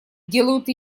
делают